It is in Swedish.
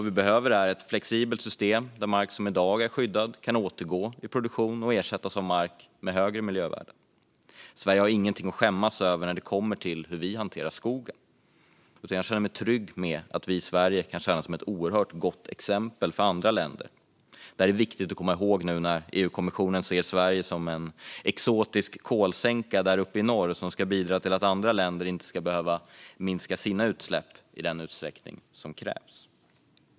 Vi behöver ett flexibelt system där mark som i dag är skyddad kan återgå i produktion och ersättas av mark med högre miljövärden. Sverige har ingenting att skämmas över när det gäller hur vi hanterar skogen, utan jag känner mig trygg med att vi i Sverige kan tjäna som ett oerhört gott exempel för andra länder. Detta är viktigt att komma ihåg nu när EU-kommissionen ser Sverige som en exotisk kolsänka där uppe i norr, som ska bidra till att andra länder inte behöver minska sina utsläpp i den utsträckning som krävs.